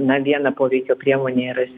na viena poveikio priemonė yra